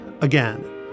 Again